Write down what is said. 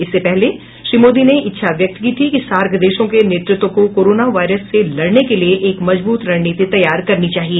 इससे पहले श्री मोदी ने इच्छा व्यक्त की थी कि सार्क देशों के नेतृत्व को कोरोना वायरस से लड़ने के लिए एक मजबूत रणनीति तैयार करनी चाहिए